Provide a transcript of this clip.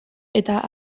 eta